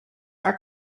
are